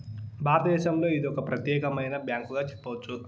భారతదేశంలో ఇది ఒక ప్రత్యేకమైన బ్యాంకుగా చెప్పొచ్చు